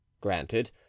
Granted